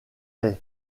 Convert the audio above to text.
est